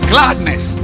Gladness